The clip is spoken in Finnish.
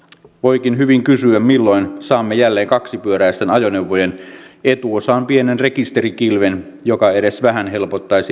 voikin hyvin kysyä milloin saamme jälleen kaksipyöräisten ajoneuvojen etuosaan pienen rekisterikilven joka edes vähän helpottaisi kuljettajan kiinnijäämistä